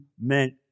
meant